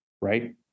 right